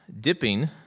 Dipping